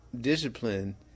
discipline